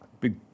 Big